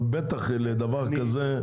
אבל בטח לדבר כזה יש היגיון.